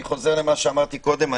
אני חוזר למה שאמרתי קודם.